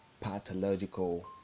pathological